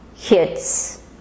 hits